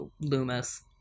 Loomis